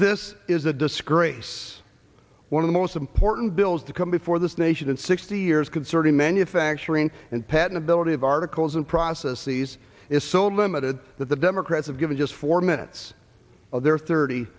this is a disgrace one of the most important bills to come before this nation in sixty years concerting manufacturing and patten ability of articles and process these is so method that the democrats have given just four minutes of their thirty